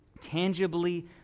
tangibly